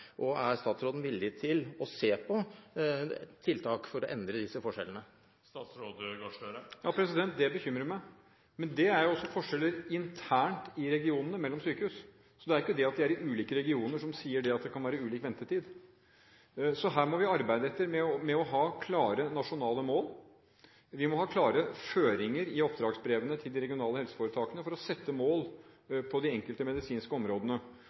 landet? Er statsråden villig til å se på tiltak for å endre disse forskjellene? Det bekymrer meg, men det er også forskjeller mellom sykehus internt i regionene, så det er ikke det at de er i ulike regioner, som gjør at det kan være ulik ventetid. Så her må vi arbeide med å ha klare nasjonale mål. Vi må ha klare føringer i oppdragsbrevene til de regionale helseforetakene for å sette mål på de enkelte medisinske områdene.